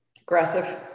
aggressive